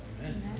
Amen